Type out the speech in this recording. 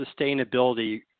sustainability